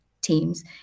teams